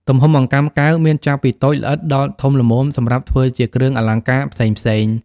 ទំហំអង្កាំកែវមានចាប់ពីតូចល្អិតដល់ធំល្មមសម្រាប់ធ្វើជាគ្រឿងអលង្ការផ្សេងៗ។